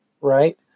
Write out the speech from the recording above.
right